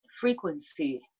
frequency